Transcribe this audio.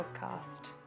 podcast